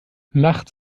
nachts